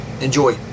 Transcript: enjoy